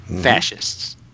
fascists